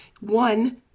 one